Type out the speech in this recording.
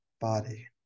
body